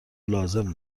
لازم